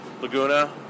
Laguna